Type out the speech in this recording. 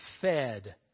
fed